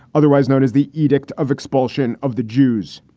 otherwise known as the edict of expulsion of the jews.